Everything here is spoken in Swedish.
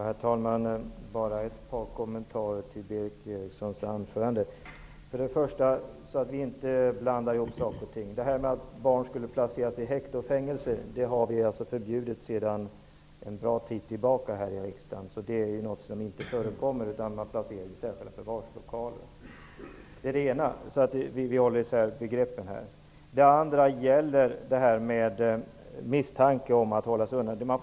Herr talman! Jag vill bara göra ett par kommentarer till Berith Erikssons anförande. Vi skall inte blanda ihop saker och ting. Det var länge sedan vi här i riksdagen förbjöd placering av barn i häkte och fängelse. Det förekommer inte, utan barn placeras i särskilda förvarslokaler. Min andra kommentar gäller misstanke om att någon håller sig undan.